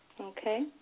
Okay